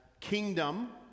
kingdom